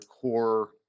core